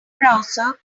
browser